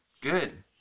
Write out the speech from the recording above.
good